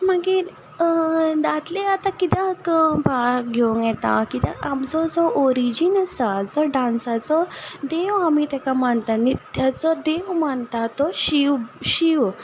मागीर दादले आतां किद्याक भाग घेवंक येता की किद्याक आमचो जो ओरिजीन आसा जो डांसाचो देव आमी ताका मानतात नित्याचो देव मानतात तो शीव शीव